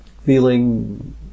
Feeling